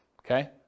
Okay